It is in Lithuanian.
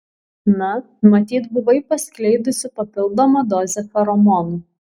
na matyt buvai paskleidusi papildomą dozę feromonų